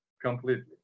completely